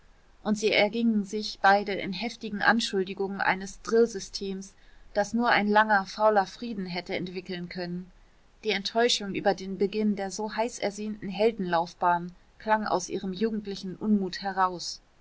und sie ergingen sich beide in heftigen anschuldigungen eines drillsystems das nur ein langer fauler frieden hätte entwickeln können die enttäuschung über den beginn der so heiß ersehnten heldenlaufbahn klang aus ihrem jugendlichen unmut heraus